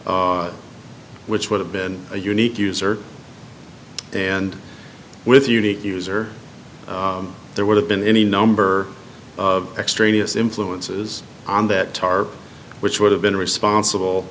which would have been a unique user and with unique user there would have been any number of extraneous influences on that tar which would have been responsible